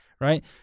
right